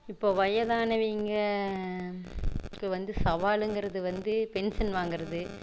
இப்போது வயதானவங்கக்கு வந்து சவாலுங்கிறது வந்து பென்ஷன் வாங்கிறது